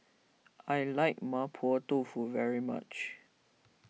I like Mapo Tofu very much